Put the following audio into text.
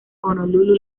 honolulu